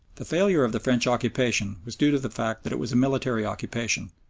the failure of the french occupation was due to the fact that it was a military occupation,